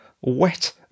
wet